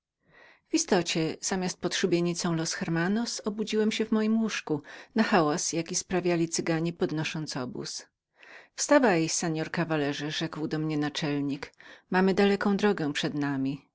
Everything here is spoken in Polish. w istocie zamiast pod szubienicą los hermanos obudziłem się w mojem łóżku na hałas jaki sprawiali cyganie podnosząc obóz wstawaj wstawaj pan rzekł do mnie naczelnik mamy daleką drogę przed nami